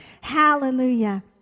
Hallelujah